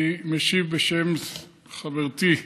אני משיב בשם חברתי,